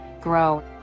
grow